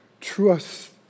trust